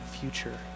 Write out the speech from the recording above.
future